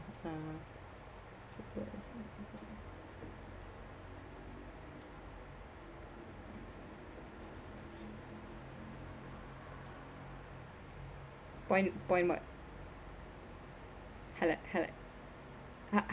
mm point point what highlight highlight